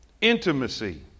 Intimacy